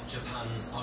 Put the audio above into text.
Japan's